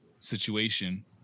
situation